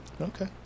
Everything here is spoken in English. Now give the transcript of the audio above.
Okay